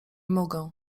mogę